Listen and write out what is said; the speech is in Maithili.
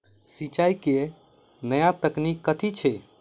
सिंचाई केँ नया तकनीक कथी छै?